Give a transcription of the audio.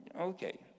Okay